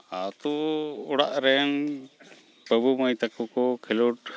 ᱟᱛᱳᱼᱚᱲᱟᱜᱨᱮᱱ ᱵᱟᱹᱵᱩᱼᱢᱟᱹᱭ ᱛᱟᱠᱚᱠᱚ ᱠᱷᱮᱞᱚᱰ